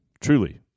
truly